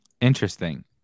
Interesting